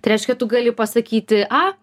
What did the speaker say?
tai reiškia tu gali pasakyti a